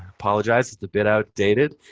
apologize. it's a bit outdated.